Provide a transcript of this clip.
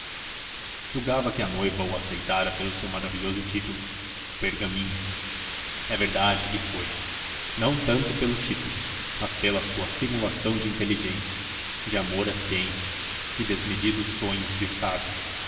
julgava que a noiva o aceitara pelo seu maravilhoso título o pergaminho é verdade que foi não tanto pelo título mas pela sua simulação de inteligência de amor à ciência de desmedidos sonhos de sábio